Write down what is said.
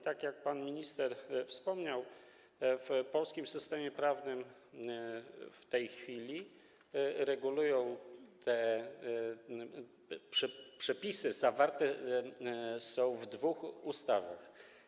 Tak jak pan minister wspomniał, w polskim systemie prawnym w tej chwili te przepisy zawarte są w dwóch ustawach.